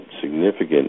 significant